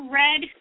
red